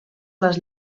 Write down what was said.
les